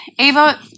ava